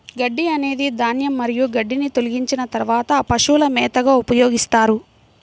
గడ్డి అనేది ధాన్యం మరియు గడ్డిని తొలగించిన తర్వాత పశువుల మేతగా ఉపయోగిస్తారు